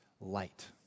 light